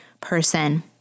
person